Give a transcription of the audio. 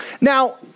Now